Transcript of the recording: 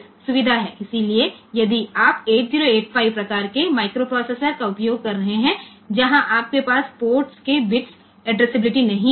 इसलिए यदि आप 8085 प्रकार के माइक्रोप्रोसेसर का उपयोग कर रहे हैं जहां आपके पास पोर्ट की बिट एड्रेसबिलिटी नहीं है